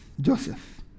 Joseph